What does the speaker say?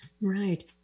Right